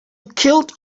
killed